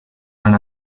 han